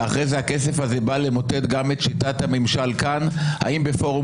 ואחרי זה הכסף הזה בא למוטט גם את שיטת הממשל כאן האם בפורום